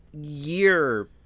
year